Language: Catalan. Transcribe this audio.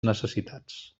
necessitats